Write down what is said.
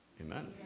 Amen